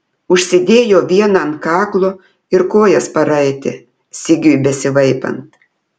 užsidėjo vieną ant kaklo ir kojas paraitė sigiui besivaipant